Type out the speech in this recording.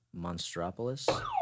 Monstropolis